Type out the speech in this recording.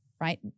Right